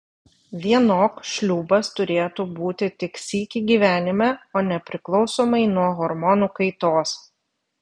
vienok šliūbas turėtų būti tik sykį gyvenime o ne priklausomai nuo hormonų kaitos